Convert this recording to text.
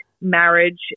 marriage